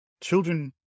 children